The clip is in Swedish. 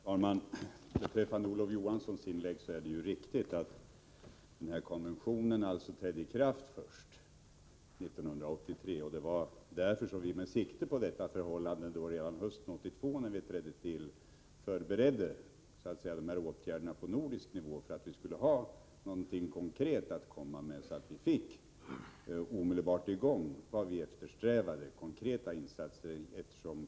Herr talman! Beträffande Olof Johanssons inlägg vill jag säga att det är riktigt att konventionen trädde i kraft först 1983. Det var därför vi redan på hösten 1982, då vi trädde till i regeringen, med sikte på att ha något konkret att komma med vidtog förberedelser på nordisk nivå, så att vi omedelbart kunde få i gång sådana konkreta åtgärder som vi eftersträvade.